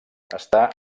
està